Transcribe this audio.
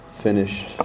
Finished